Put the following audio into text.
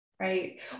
right